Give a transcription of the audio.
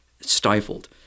stifled